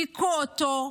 היכו אותו,